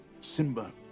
Simba